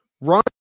run